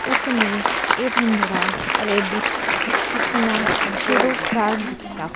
ਉਸ ਨੇ ਇਹ ਭੰਗੜਾ ਅਰੇਬਿਤਸ ਸਿੱਖਣਾ ਸ਼ੁਰੂ ਕਰ ਦਿੱਤਾ